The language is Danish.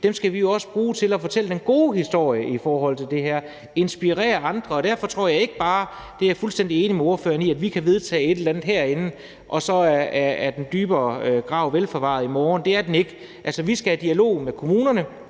dem skal vi jo også bruge til at fortælle den gode historie om det her og inspirere andre. Derfor tror jeg ikke bare – det er jeg fuldstændig enig med ordføreren i – at vi kan vedtage et eller andet herinde, og så er den hellige gral vel forvaret i morgen, for det er den ikke. Altså, vi skal i dialog med kommunerne,